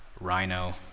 rhino